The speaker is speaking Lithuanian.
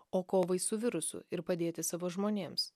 o kovai su virusu ir padėti savo žmonėms